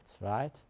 right